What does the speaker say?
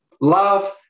Love